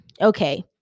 okay